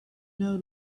know